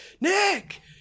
Nick